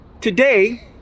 Today